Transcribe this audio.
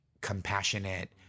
compassionate